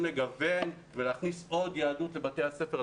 לגוון ולהכניס עוד יהדות לבתי הספר,